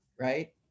right